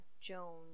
Jones